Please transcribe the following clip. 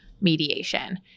mediation